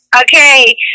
Okay